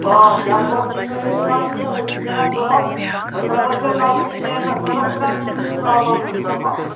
آ چک وک چھِِی نہٕ أسۍ دِوان کیٚنٛہہ أسۍ چھِی کَران کٲم بہٕ ترٛاوَے ژےٚ نَقدے پیٚمٮ۪نٹ مگر ترٛٮ۪ن اِنسٹالمٮ۪نٛٹن مَنٛز